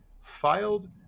filed